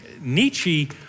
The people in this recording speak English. Nietzsche